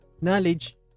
knowledge